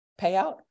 payout